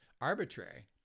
arbitrary